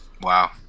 Wow